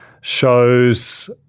shows